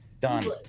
Done